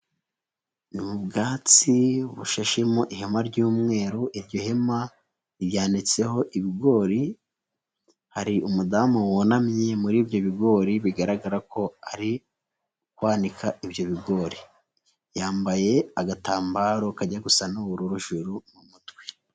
Ni ubwatsi bushashemo ihema ry'umweru, iryo hema ryanitseho ibigori, hari umudamu wunamye muri ibyo bigori, bigaragara ko ari kwanika ibyo bigori, yambaye agatambaro kajya gusa n'ubururu ijuru mu mutwe.